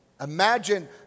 Imagine